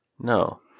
No